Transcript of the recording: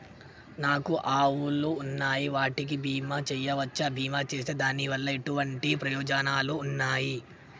నాకు ఆవులు ఉన్నాయి వాటికి బీమా చెయ్యవచ్చా? బీమా చేస్తే దాని వల్ల ఎటువంటి ప్రయోజనాలు ఉన్నాయి?